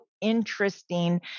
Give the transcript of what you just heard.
interesting